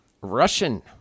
Russian